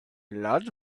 large